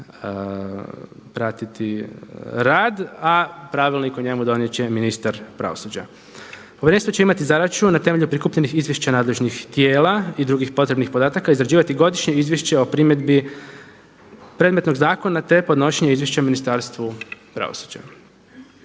pratiti rad, a pravilnik o njemu donijet će ministar pravosuđa. Povjerenstvo će imati zadaću na temelju prikupljenih izvješća nadležnih tijela i drugih potrebnih podataka izrađivati godišnje izvješće o primjedbi predmetnog zakona, te podnošenje izvješća Ministarstvu pravosuđa.